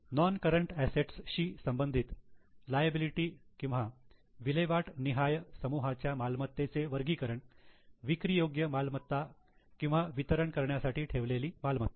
non current assets शी संबंधित liability किंवा विल्हेवाट निहाय समूहाच्या मालमत्तेचे वर्गीकरण विक्री योग्य मालमत्ता किंवा वितरण करण्याकरिता ठेवलेली मालमत्ता